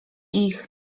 ich